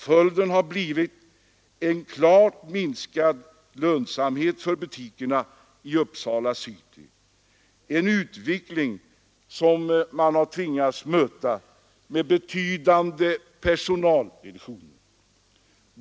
Följden har blivit en klart minskad lönsamhet för butikerna i Uppsala city — en utveckling som man har tvingats möta med en betydande personalminskning.